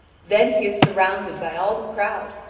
then he is surrounded by all the crowd,